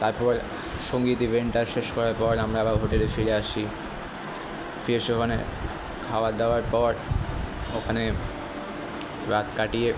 তারপর সঙ্গীত ইভেন্টটা শেষ করার পর আমরা আবার হোটেলে ফিরে আসি ফিরে এসে ওখানে খাওয়ার দাওয়ার পর ওখানে রাত কাটিয়ে